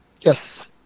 Yes